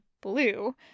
blue